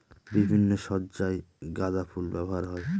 বিভিন্ন সজ্জায় গাঁদা ফুল ব্যবহার হয়